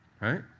Right